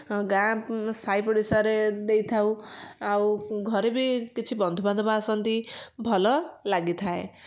ଗାଁ ସାଇପଡ଼ିଶାରେ ଦେଇଥାଉ ଆଉ ଘରେ ବି କିଛି ବନ୍ଧୁବାନ୍ଧବ ଆସନ୍ତି ଭଲ ଲାଗିଥାଏ